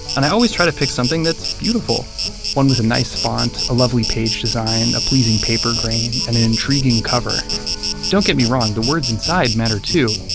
and i always try to pick something that's beautiful one with a nice font, a lovely page design, a pleasing paper grain, and an intriguing cover don't get me wrong, the words inside matter too,